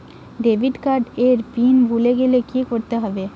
Debit card এর pin ভুলে গেলে কি করতে হবে?